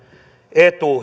etu